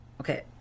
Okay